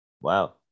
wow